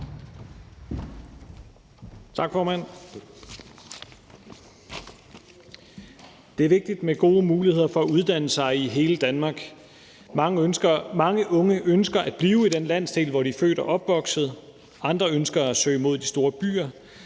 Det er vigtigt med gode muligheder for at uddanne sig i hele Danmark. Mange unge ønsker at blive i den landsdel, hvor de er født og opvokset, mens andre ønsker at søge mod de store byer.